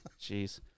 Jeez